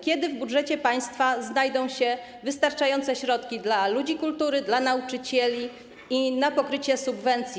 Kiedy w budżecie państwa znajdą się wystarczające środki dla ludzi kultury, dla nauczycieli i na pokrycie subwencji?